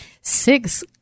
six